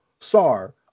star